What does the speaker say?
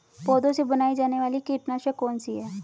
पौधों से बनाई जाने वाली कीटनाशक कौन सी है?